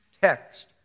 text